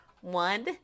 One